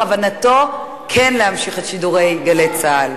בכוונתו כן להמשיך את שידורי "גלי צה"ל".